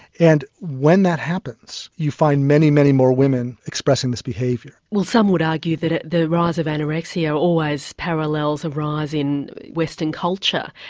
and when that happens you find many, many more women expressing this behaviour. well some would argue that the rise of anorexia always parallels a rise in western culture,